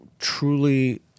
truly